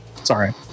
Sorry